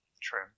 True